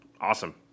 awesome